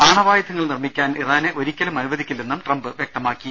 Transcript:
ആണവായുധങ്ങൾ നിർമ്മി ക്കാൻ ഇറാനെ ഒരിക്കലും അനുവദിക്കില്ലെന്ന് ട്രംപ് വൃക്തമാക്കി